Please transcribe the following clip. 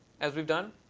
as we've done.